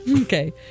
Okay